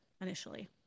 initially